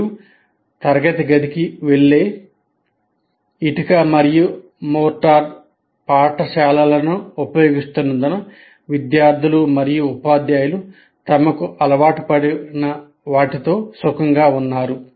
మీరు తరగతి గదికి వెళ్లే ఇటుక మరియు మోర్టార్ పాఠశాలలను ఉపయోగిస్తున్నందున విద్యార్థులు మరియు ఉపాధ్యాయులు తమకు అలవాటుపడిన వాటితో సుఖంగా ఉన్నారు